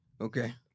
Okay